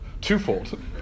twofold